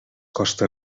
costa